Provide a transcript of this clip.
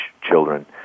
children